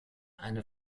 eine